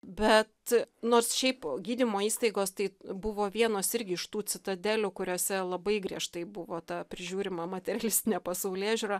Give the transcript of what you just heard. bet nors šiaip gydymo įstaigos tai buvo vienos irgi iš tų citadelių kuriose labai griežtai buvo ta prižiūrima materialistinė pasaulėžiūra